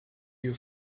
you